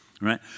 right